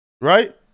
Right